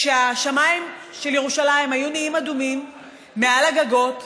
כשהשמיים של ירושלים היו נהיים אדומים מעל הגגות,